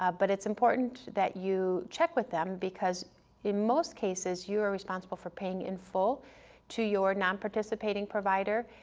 ah but it's important that you check with them because in most cases you are responsible for paying in full to your nonparticipating provider,